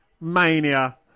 Mania